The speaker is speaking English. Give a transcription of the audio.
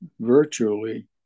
virtually